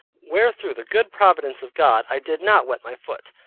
where through the good providence of god, i did not wet my foot.